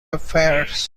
affairs